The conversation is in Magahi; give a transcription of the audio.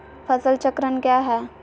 फसल चक्रण क्या है?